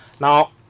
Now